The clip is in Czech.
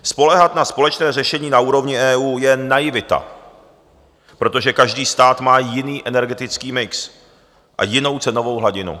Spoléhat na společné řešení na úrovni EU je naivita, protože každý stát má jiný energetický mix a jinou cenovou hladinu.